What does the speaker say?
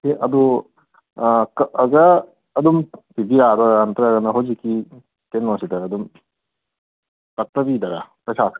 ꯁꯤ ꯑꯗꯨ ꯑꯣꯖꯥ ꯑꯗꯨꯝ ꯄꯤꯕꯤ ꯌꯥꯗꯣꯏꯔꯥ ꯅꯠꯇ꯭ꯔꯒꯅ ꯍꯧꯖꯤꯛꯀꯤ ꯀꯩꯅꯣꯁꯤꯗ ꯑꯗꯨꯝ ꯀꯛꯇꯕꯤꯗꯔꯥ ꯄꯩꯁꯥ